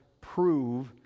prove